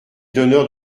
d’honneur